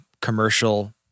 commercial